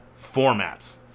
formats